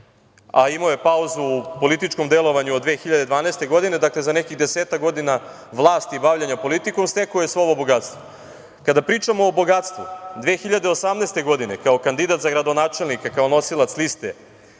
a imao je pauzu u političkom delovanju od 2012. godine, dakle, za nekih desetak godina vlasti i bavljenja politikom, stekao je svo ovo bogatstvo. Kada pričamo o bogatstvu, 2018. godine, kao kandidat za gradonačelnika, kao nosilac liste